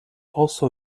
also